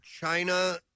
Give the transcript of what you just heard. China